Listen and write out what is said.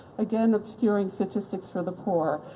again obscuring statistics for the poor.